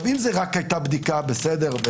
לו רק היתה בדיקה בסדר.